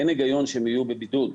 אין היגיון שהם יהיו בבידוד.